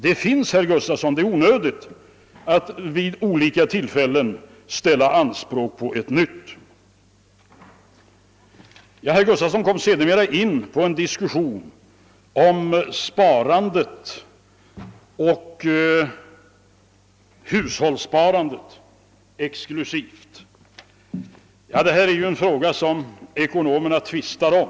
Den finns redan, herr Gustafson, och det är onödigt att vid olika tillfällen ställa anspråk på någonting nytt. Herr Gustafson kom sedermera in på en diskussion om sparandet och speciellt hushållssparandet. Detta är någonting som ekonomerna tvistar om.